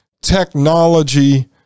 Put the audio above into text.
technology